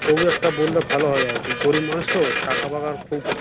তবু একটা বললে ভালো হয় আর কি গরিব মানুষ তো টাকা ফাকার খুব